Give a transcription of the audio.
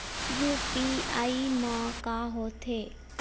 UPI मा का होथे?